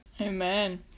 amen